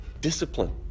discipline